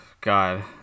God